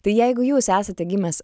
tai jeigu jūs esate gimęs